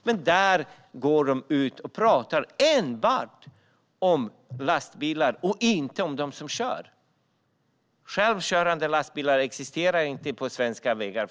Men de pratar enbart om lastbilar och inte om dem som kör. Självkörande lastbilar existerar inte på svenska vägar.